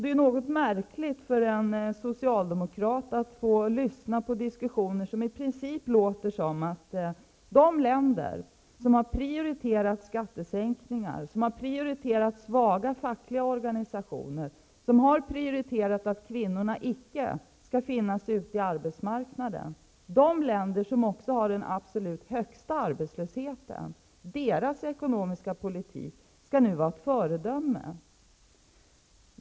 Det är något märkligt för en socialdemokrat att få lyssna till diskussioner som i princip tycks innebära att de länder som har prioriterat skattesänkningar, som har prioriterat svaga fackliga organisationer, som har prioriterat att kvinnorna icke skall finnas ute i arbetsmarknaden, de länder som också har den absolut högsta arbetslösheten -- deras ekonomiska politik skall nu vara ett föredöme.